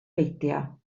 beidio